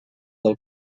del